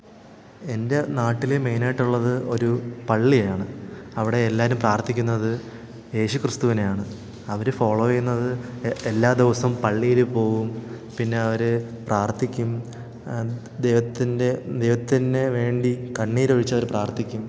എൻ്റെ നാട്ടിൽ മേയ്ൻ ആയിട്ടുള്ളത് ഒരു പള്ളിയാണ് അവിടെ എല്ലാവരും പാർത്ഥിക്കുന്നത് യേശു ക്രിസ്തൂവിനെയാണ് അവർ ഫോളൊ ചെയ്യുന്നത് എല്ലാ ദിവസവും പള്ളിയിൽ പോവും പിന്നെ അവർ പ്രാർത്ഥിക്കും ദൈവത്തിൻ്റെ ദൈവത്തിന് വേണ്ടി കണ്ണീരൊഴിച്ച് അവർ പ്രാർത്ഥിക്കും